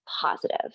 positive